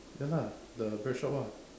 ya lah the bread shop ah